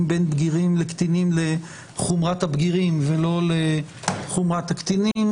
בין בגירים לקטינים לחומרת הבגירים ולא לחומת הקטינים.